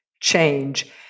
change